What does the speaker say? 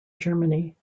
germany